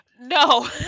No